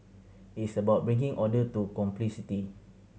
it's about bringing order to complexity